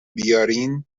بیارین